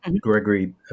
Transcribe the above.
Gregory